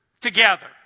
Together